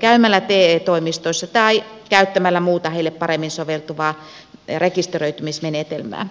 käymällä te toimistoissa tai käyttämällä muuta heille paremmin soveltuvaa rekisteröitymismenetelmää